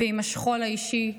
ועם השכול האישי: